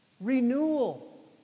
Renewal